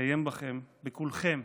שתתקיים בכם, בכולכם,